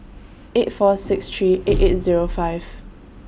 eight four six three eight eight Zero five